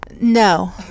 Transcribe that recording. No